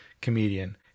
comedian